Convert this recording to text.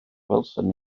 gwelsom